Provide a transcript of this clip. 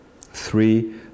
Three